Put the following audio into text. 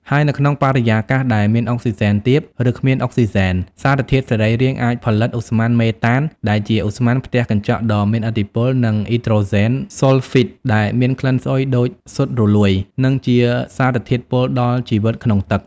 ហើយនៅក្នុងបរិយាកាសដែលមានអុកស៊ីហ្សែនទាប ឬគ្មានអុកស៊ីហ្សែន សារធាតុសរីរាង្គអាចផលិត ឧស្ម័នមេតាន ដែលជាឧស្ម័នផ្ទះកញ្ចក់ដ៏មានឥទ្ធិពល និង អ៊ីដ្រូសែនស៊ុលហ្វីត ដែលមានក្លិនស្អុយដូចស៊ុតរលួយ និងជាសារធាតុពុលដល់ជីវិតក្នុងទឹក។